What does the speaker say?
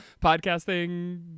podcasting